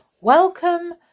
Welcome